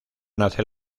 nace